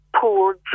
poor